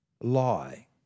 lie